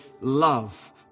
love